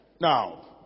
Now